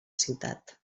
ciutat